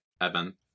Evan